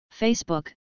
Facebook